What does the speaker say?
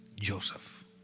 Joseph